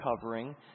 covering